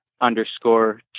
underscore